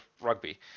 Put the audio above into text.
rugby